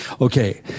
okay